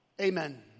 Amen